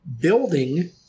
building